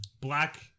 black